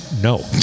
no